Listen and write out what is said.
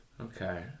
Okay